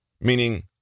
meaning